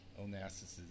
Onassis